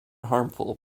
harmful